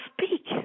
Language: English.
speak